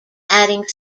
adding